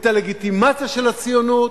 את הלגיטימציה של הציונות,